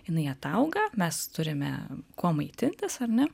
jinai atauga mes turime kuo maitintis ar ne